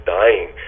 dying